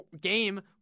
game